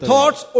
Thoughts